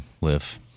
Live